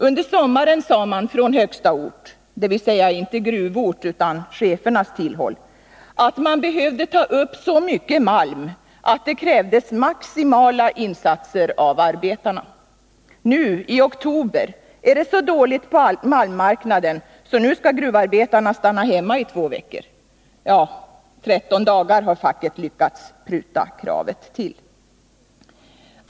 Under sommaren sade man från högsta ort — inte gruvort, utan chefernas tillhåll — att man behövde ta upp så mycket malm att det krävdes maximala insatser av arbetarna. Nu i oktober är det så dåligt på malmmarknaden att gruvarbetarna måste stanna hemma i två veckor — eller 13 dagar, som facket lyckats pruta kravet till.